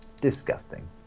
Disgusting